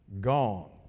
Gone